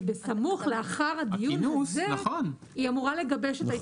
כשבסמוך לאחר הדיון הזה היא אמורה לגבש את ההתייחסות.